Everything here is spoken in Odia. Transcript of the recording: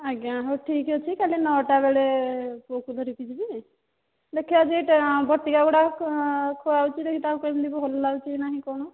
ଆଜ୍ଞା ହଉ ଠିକ୍ ଅଛି କାଲି ନଅଟା ବେଳେ ପୁଅକୁ ଧରିକି ଯିବି ଦେଖିବା ଯେ ଏହି ବଟିକାଗୁଡ଼ା ଖୁଆଉଛି ଦେଖେ ତା'କୁ କେମିତି ଭଲ ଲାଗୁଛି କି ନାହିଁ କ'ଣ